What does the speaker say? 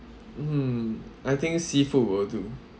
mm I think seafood will do